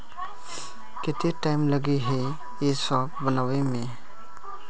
केते टाइम लगे है ये सब बनावे में?